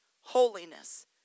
holiness